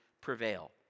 prevail